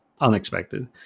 unexpected